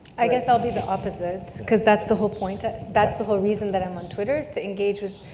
i guess i'll be the opposite, cause that's the whole point that, that's the whole reason that i'm on twitter, is to engage with,